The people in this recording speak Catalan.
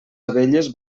abelles